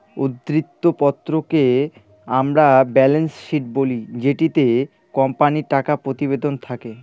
উদ্ধৃত্ত পত্রকে আমরা ব্যালেন্স শীট বলি যেটিতে কোম্পানির টাকা প্রতিবেদন থাকে